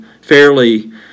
fairly